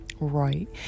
right